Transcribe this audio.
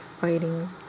fighting